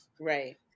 right